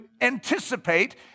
anticipate